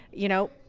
you know,